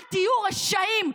אל תהיו רשעים.